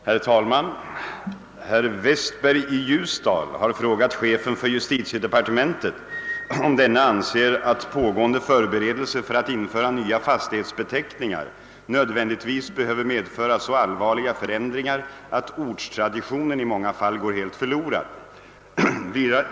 Herr talman! Herr Westberg i Ljusdal har frågat chefen för justitiedepartementet om denne anser att pågående förberedelser för att införa nya fastighetsbeteckningar nödvändigtvis behöver medföra så allvarliga förändringar att ortstraditionen i många fall går helt förlorad.